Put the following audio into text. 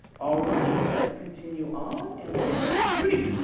all right, let's continue on, and we're going to hear from judy.